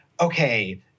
okay